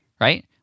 right